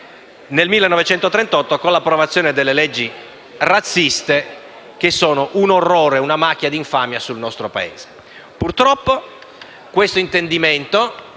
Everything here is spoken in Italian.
nel 1938, con l'approvazione delle leggi razziali che sono un orrore, una macchia di infamia sul nostro Paese.